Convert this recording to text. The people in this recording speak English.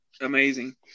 amazing